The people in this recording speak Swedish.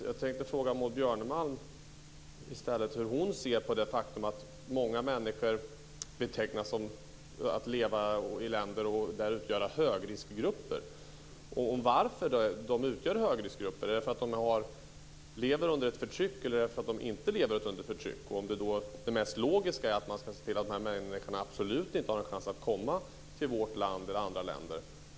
Jag tänkte fråga Maud Björnemalm hur hon ser på det faktum att många människor som lever i vissa länder betecknas som högriskgrupper. Varför utgör de högriskgrupper? Är det därför att de lever under ett förtryck, eller därför att de inte lever under ett förtryck? Är det mest logiska då att se till att dessa människor absolut inte har en chans att komma till vårt land eller andra länder?